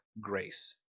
Grace